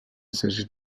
s’agit